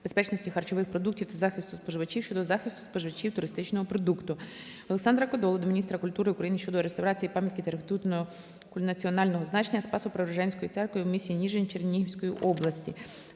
безпечності харчових продуктів та захисту споживачів щодо захисту споживачів туристичного продукту. Олександра Кодоли до міністра культури України щодо реставрації пам'ятки архітектури національного значення - Спасо-Преображенської церкви у м.Ніжин Чернігівської області.